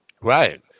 right